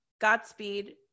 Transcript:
Godspeed